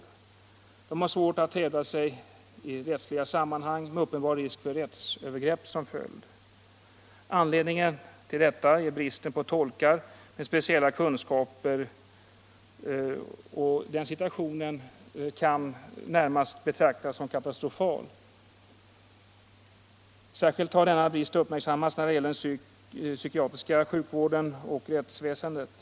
De har vidare svårt att hävda sig i rättsliga sammanhang, med uppenbar risk för rättsövergrepp som följd. Anledningen till detta är bristen på tolkar med speciella kunskaper. Den situationen kan närmast betraktas som katastrofal. Särskilt har denna brist uppmärksammats när det gäller den psykiatriska sjukvården och rättsväsendet.